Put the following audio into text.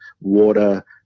water